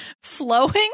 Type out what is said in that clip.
Flowing